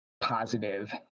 positive